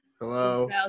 Hello